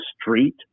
street